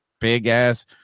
big-ass